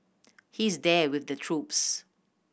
he's there with the troops